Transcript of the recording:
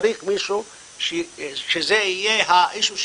צריך מישהו שזה יהיה האישיו שלו,